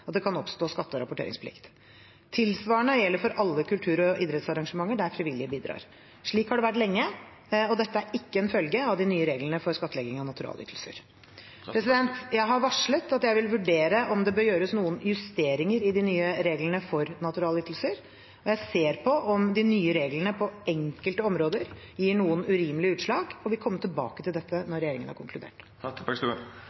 at det kan oppstå skatte- og rapporteringsplikt. Tilsvarende gjelder for alle kultur- og idrettsarrangementer der frivillige bidrar. Slik har det vært lenge, og dette er ikke en følge av de nye reglene for skattlegging av naturalytelser. Jeg har varslet at jeg vil vurdere om det bør gjøres noen justeringer i de nye reglene for naturalytelser. Jeg ser på om de nye reglene på enkelte områder gir noen urimelige utslag, og vil komme tilbake til dette når